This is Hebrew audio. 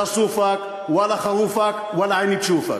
לא צופכ ולא ח'רופכ ולא עיני תשופכ.